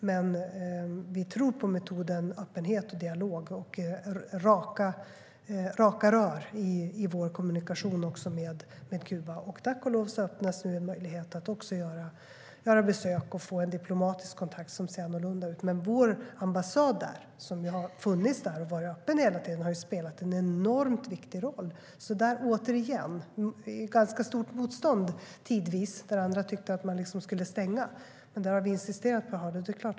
Men vi tror på metoden öppenhet och dialog och raka rör i vår kommunikation också med Kuba. Tack och lov öppnas nu en möjlighet för att göra besök och få en diplomatisk kontakt som ser annorlunda ut. Vår ambassad där, som har funnits där och varit öppen hela tiden, har spelat en enormt viktig roll. Det har tidvis funnits ganska stort motstånd mot den då andra har tyckt att man skulle stänga den, men vi har insisterat på att ha den kvar.